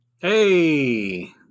Hey